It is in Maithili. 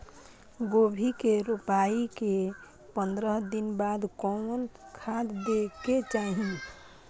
गोभी के रोपाई के पंद्रह दिन बाद कोन खाद दे के चाही?